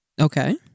Okay